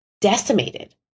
decimated